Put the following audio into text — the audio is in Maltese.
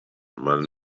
mal